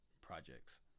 projects